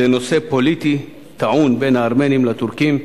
לנושא פוליטי טעון בין הארמנים לטורקים,